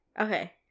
Okay